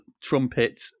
trumpet